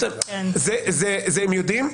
את זה הם יודעים.